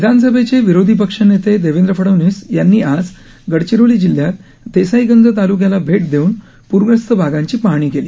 विधानसभेचे विरोधी पक्षनेते देवेंद्र फडनवीस यांनी आज गडचिरोली जिल्ह्यात देसाईगंज तालुक्याला भेट देऊन पूरग्रस्त भागाची पाहणी केली